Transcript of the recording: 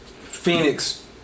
Phoenix